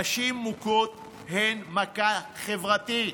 נשים מוכות הן מכה חברתית.